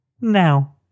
Now